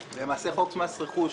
למעשה חוק מס רכוש